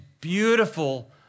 beautiful